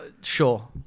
Sure